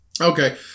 Okay